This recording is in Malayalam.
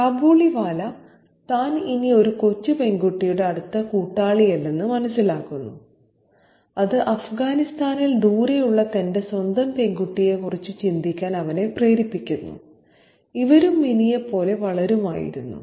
കാബൂളിവാല താൻ ഇനി ഈ കൊച്ചു പെൺകുട്ടിയുടെ അടുത്ത കൂട്ടാളിയല്ലെന്ന് മനസ്സിലാക്കുന്നു അത് അഫ്ഗാനിസ്ഥാനിൽ ദൂരെയുള്ള തന്റെ സ്വന്തം പെൺകുട്ടിയെക്കുറിച്ച് ചിന്തിക്കാൻ അവനെ പ്രേരിപ്പിക്കുന്നു ഇവരും മിനിയെപ്പോലെ വളരുമായിരുന്നു